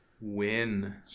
Win